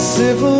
Civil